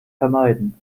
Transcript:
vermeiden